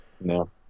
No